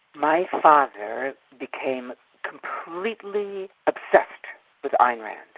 my father became completely obsessed with ayn rand,